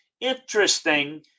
interesting